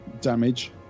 damage